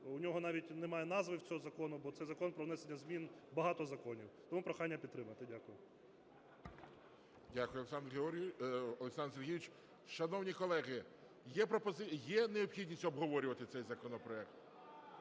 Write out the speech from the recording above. у нього навіть немає назви, в цього закону, бо це закон про внесення змін в багато законів. Тому прохання підтримати. Дякую. ГОЛОВУЮЧИЙ. Дякую, Олександр Сергійович. Шановні колеги, є необхідність обговорювати цей законопроект?